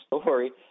story